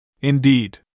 Indeed